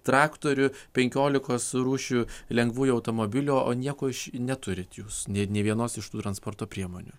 traktorių penkiolikos rūšių lengvųjų automobilių o nieko iš neturit jūs nė nė vienos iš tų transporto priemonių